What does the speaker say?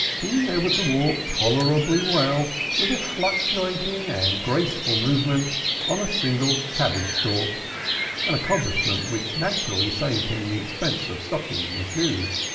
being able to walk tolerably well with a fluctuating and graceful movement on a single cabbage-stalk an accomplishment which naturally saved him the expense of stockings and shoes.